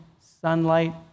sunlight